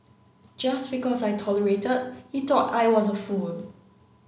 just because I tolerated he thought I was a fool